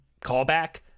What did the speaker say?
callback